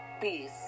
peace